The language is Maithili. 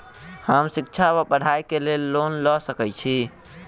हम शिक्षा वा पढ़ाई केँ लेल लोन लऽ सकै छी?